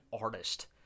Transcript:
artist